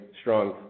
strong